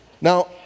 Now